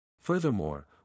Furthermore